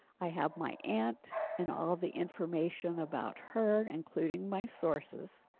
i have my aunt and all the information about her, including my sources.